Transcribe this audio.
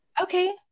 Okay